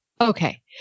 Okay